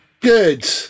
good